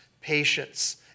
patience